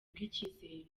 rw’icyizere